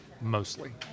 mostly